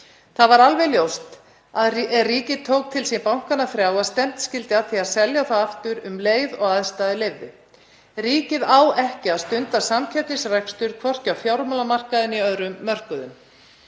Það var alveg ljóst þegar ríkið tók til sín bankana þrjá að stefnt skyldi að því að selja þá aftur um leið og aðstæður leyfðu. Ríkið á ekki að stunda samkeppnisrekstur, hvorki á fjármálamarkaði né öðrum mörkuðum.